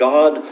God